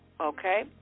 okay